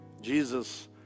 Jesus